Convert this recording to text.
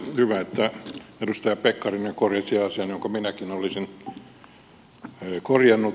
hyvä että edustaja pekkarinen korjasi asian jonka minäkin olisin korjannut